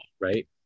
Right